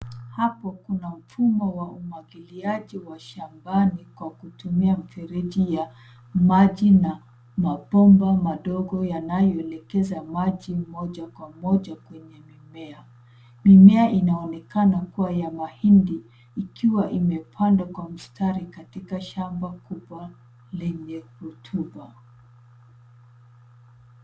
Hapo kuna mfumo wa umwagiliaji wa shambani kwa kutumia mifereji ya maji na mabomba madogo yanayoelekeza maji moja kwa moja kwenye mimea. Mimea inaoneka kuwa ya mahindi, ikiwa imepandwa kwa mstari katika shamba kubwa lenye kutuba.